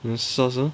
you sus ah